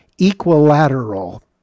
equilateral